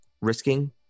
risking